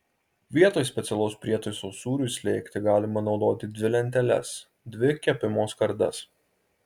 vietoj specialaus prietaiso sūriui slėgti galima naudoti dvi lenteles dvi kepimo skardas